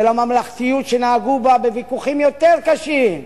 של הממלכתיות שנהגו בה בוויכוחים יותר קשים.